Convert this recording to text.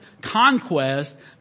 conquest